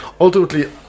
ultimately